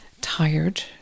tired